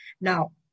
Now